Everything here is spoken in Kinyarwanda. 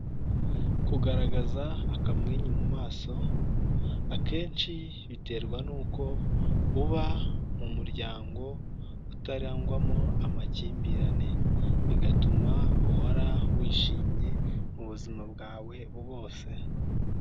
Kugaragaza akamwenyu mu maso akenshi biterwa nuko uba mu muryango utarangwamo amakimbirane, bigatuma uhora wishimye mu buzima bwawe bwose.